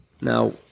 Now